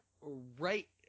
Right